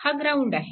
हा ग्राउंड आहे